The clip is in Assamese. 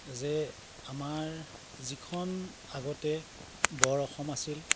যে আমাৰ যিখন আগতে বৰ অসম আছিল